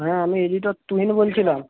হ্যাঁ আমি এডিটর তুহিন বলছিলাম